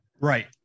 Right